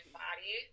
body